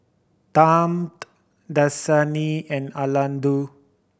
Tempt Dasani and Aldo